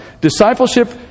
Discipleship